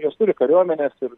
jos turi kariuomenes ir